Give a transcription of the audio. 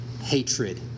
hatred